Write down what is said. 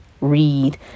read